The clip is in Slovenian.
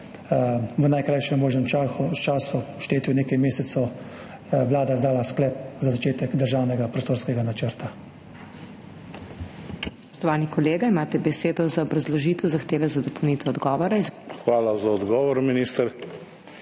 v najkrajšem možnem času, v štetju nekaj mesecev Vlada izdala sklep za začetek državnega prostorskega načrta.